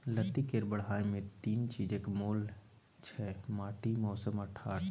लत्ती केर बढ़य मे तीन चीजक मोल छै माटि, मौसम आ ढाठ